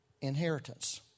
inheritance